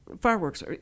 fireworks